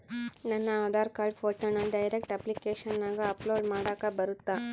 ನನ್ನ ಆಧಾರ್ ಕಾರ್ಡ್ ಫೋಟೋನ ಡೈರೆಕ್ಟ್ ಅಪ್ಲಿಕೇಶನಗ ಅಪ್ಲೋಡ್ ಮಾಡಾಕ ಬರುತ್ತಾ?